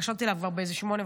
התקשרתי אליו כבר ב-08:30,